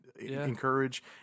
encourage